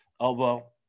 elbow